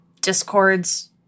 discords